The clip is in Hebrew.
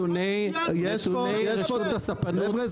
אלה נתוני רשות הספנות -- חבר'ה,